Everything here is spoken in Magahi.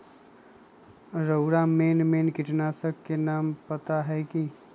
रउरा मेन मेन किटनाशी के नाम पता हए कि?